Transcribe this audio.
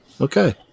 Okay